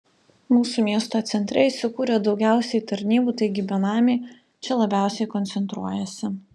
mūsų miesto centre įsikūrę daugiausiai tarnybų taigi benamiai čia labiausiai koncentruojasi